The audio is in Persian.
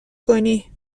کنی